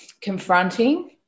confronting